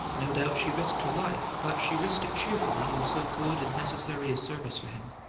no doubt she risked her life, but she risked it cheerfully in so good and necessary a service for him.